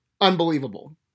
unbelievable